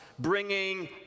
bringing